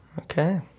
Okay